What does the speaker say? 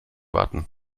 warten